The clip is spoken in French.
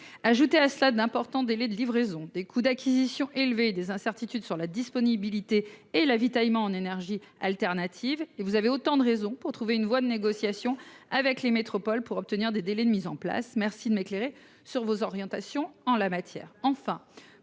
Ajoutez à cela d'importants délais de livraison, des coûts d'acquisition élevés et des incertitudes sur la disponibilité et l'avitaillement en énergies alternatives, et vous aurez autant de raisons de trouver une voie de négociation avec les métropoles afin d'obtenir des délais de mise en oeuvre. Merci de m'éclairer sur vos orientations en la matière.